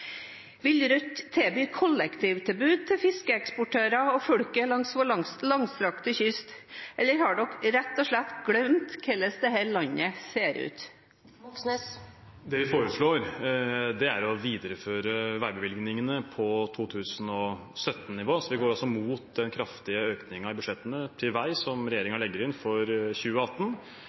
Vil Rødt tilby kollektivtilbud til fiskeeksportører og folket langs vår langstrakte kyst, eller har de rett og slett glemt hvordan dette landet ser ut? Det vi foreslår, er å videreføre veibevilgningene på 2017-nivå. Vi går altså imot den kraftige økningen i budsjettene til vei som regjeringen legger inn for 2018.